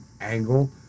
angle